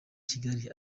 kigali